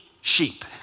sheep